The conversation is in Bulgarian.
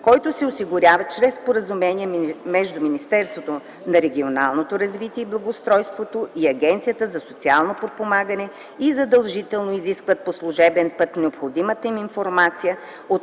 което се осигурява чрез споразумение между Министерството на регионалното развитие и благоустройството и Агенцията за социално подпомагане, и задължително изискват по служебен път необходимата им информация от